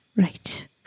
Right